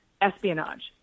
espionage